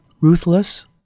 ruthless